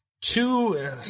two